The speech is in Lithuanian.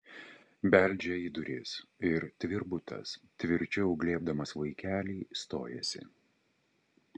beldžia į duris ir tvirbutas tvirčiau glėbdamas vaikelį stojasi